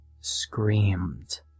screamed